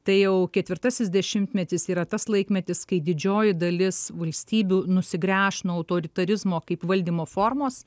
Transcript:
tai jau ketvirtasis dešimtmetis yra tas laikmetis kai didžioji dalis valstybių nusigręš nuo autoritarizmo kaip valdymo formos